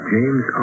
James